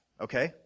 okay